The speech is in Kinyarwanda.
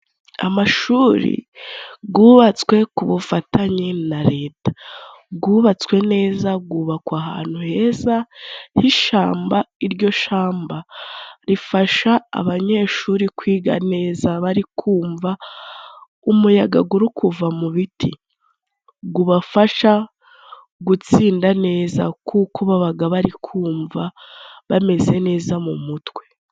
Amashuri yubatswe ku bufatanye na Reta. Yubatswe neza, yubakwa ahantu heza h'ishyamba, iryo shyamba rifasha abanyeshuri kwiga neza bari kumva umuyaga uri kuva mu biti. Ubafasha gutsinda neza, kuko baba bari kumva bameze neza mu mutwe.